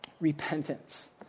Repentance